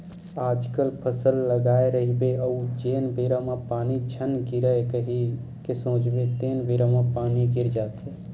आजकल फसल लगाए रहिबे अउ जेन बेरा म पानी झन गिरय कही के सोचबे तेनेच बेरा म पानी गिर जाथे